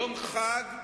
יום חג,